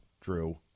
Drew